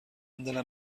دلم